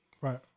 Right